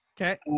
Okay